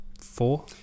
four